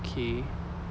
okay